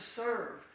serve